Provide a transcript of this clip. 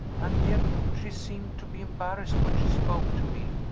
and yet she seemed to be embarrassed when she spoke to me.